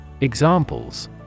Examples